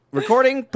recording